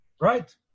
right